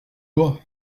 loi